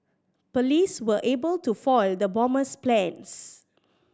police were able to foil the bomber's plans